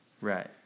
Right